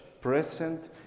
present